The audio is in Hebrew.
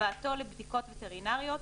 הבאתו לבדיקות וטרינריות,